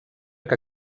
que